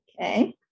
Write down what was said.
Okay